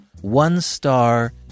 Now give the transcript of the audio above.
one-star